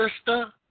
sister